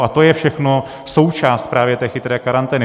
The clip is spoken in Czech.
A to je všechno součást právě té chytré karantény.